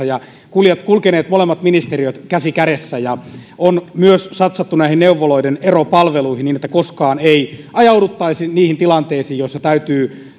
ja molemmat ministeriöt käsi kädessä on myös satsattu neuvoloiden eropalveluihin niin että koskaan ei ajauduttaisi tilanteisiin joissa täytyy